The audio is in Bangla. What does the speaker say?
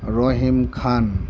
রহিম খান